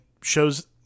shows